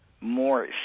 more